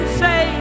say